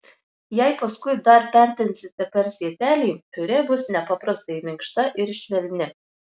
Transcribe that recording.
jei paskui dar pertrinsite per sietelį piurė bus nepaprastai minkšta ir švelni